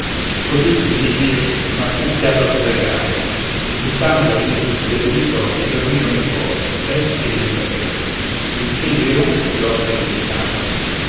così il visir ma fu fiato sprecato il sultano dormì sul suo pericolo e dormirono i suoi bestie e non bestie finché il leon fu grosso diventato